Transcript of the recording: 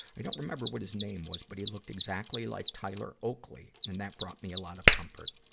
i don't remember what his name was, but he looked exactly like tyler oakley and that brought me a lot of comfort.